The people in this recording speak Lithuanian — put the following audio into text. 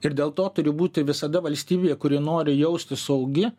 ir dėl to turi būti visada valstybė kuri nori jaustis saugi